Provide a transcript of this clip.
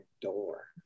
door